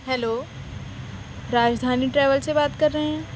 hello Rajdhani travel سے بات کر رہے ہیں